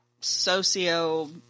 socio